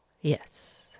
Yes